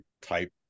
type